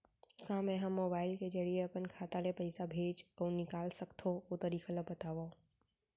का मै ह मोबाइल के जरिए अपन खाता ले पइसा भेज अऊ निकाल सकथों, ओ तरीका ला बतावव?